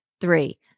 three